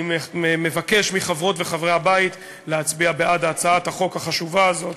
אני מבקש מחברות וחברי הבית להצביע בעד הצעת החוק החשובה הזאת,